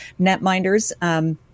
netminders